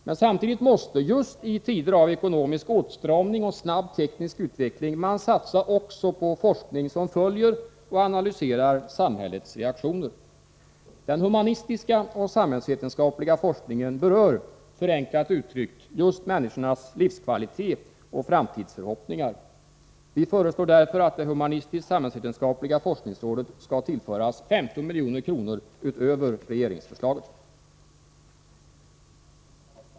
Men samtidigt måste — just i tider av ekonomisk åtstramning och snabb teknisk utveckling — man satsa också på forskning som följer och analyserar samhällets reaktioner. Den humanistiska och samhällsvetenskapliga forskningen berör — förenklat uttryckt — just människornas livskvalitet och framtidsförhoppningar. Vi föreslår därför att det humanistisk-samhällsvetenskapliga forskningsrådet skall tillföras 15 milj.kr. utöver regeringsförslaget.